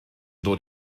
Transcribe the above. dod